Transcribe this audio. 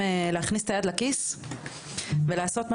צריכים להכניס את היד לכיס ולעשות מה